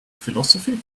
philosophy